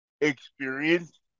experience